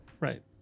Right